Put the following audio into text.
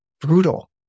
brutal